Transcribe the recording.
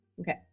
Okay